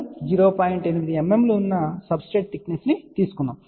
8 mm ఉన్న substrate thickness ను తీసుకున్నాము సరే